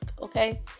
okay